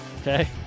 Okay